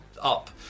up